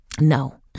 no